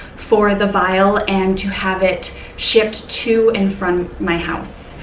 for the vial and to have it shipped to and from my house.